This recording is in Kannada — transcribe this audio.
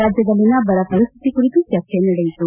ರಾಜ್ಯದಲ್ಲಿನ ಬರ ಪರಿಸ್ಥಿತಿ ಕುರಿತು ಚರ್ಚೆ ನಡೆಯಿತು